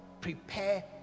prepare